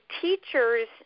teachers